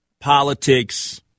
politics